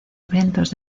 eventos